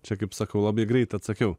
čia kaip sakau labai greit atsakiau